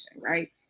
right